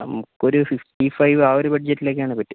നമുക്ക് ഒരു fifty five ആ ഒരു ബഡ്ജറ്റിലേക്ക് ആണ് പറ്റുക